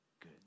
good